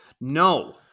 No